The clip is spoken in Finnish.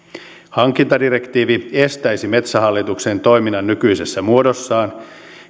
hankintadirektiivi estäisi metsähallituksen toiminnan nykyisessä muodossaan